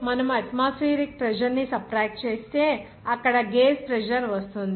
మనము atmospheric pressure ని subtract చేస్తే అక్కడ గేజ్ ప్రెజర్ వస్తుంది